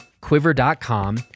quiver.com